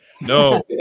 No